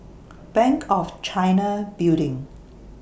Bank of China Building